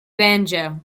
banjo